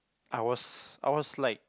I was I was like